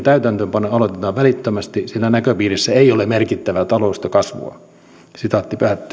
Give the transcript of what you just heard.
täytäntöönpano aloitetaan välittömästi sillä näköpiirissä ei ole merkittävää taloudellista kasvua